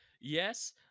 yes